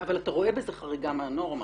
אבל אתה רואה בזה חריגה מהנורמה.